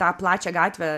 tą plačią gatvę